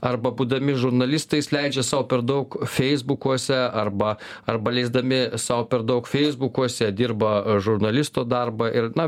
arba būdami žurnalistais leidžia sau per daug feisbukuose arba arba leisdami sau per daug feisbukuose dirba žurnalisto darbą ir na